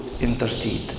intercede